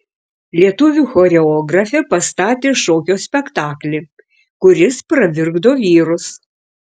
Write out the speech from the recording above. lietuvių choreografė pastatė šokio spektaklį kuris pravirkdo vyrus